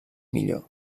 millor